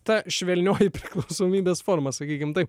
ta švelnioji priklausomybės forma sakykim taip